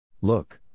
Look